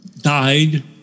died